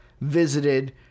visited